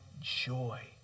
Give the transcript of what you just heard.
joy